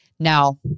Now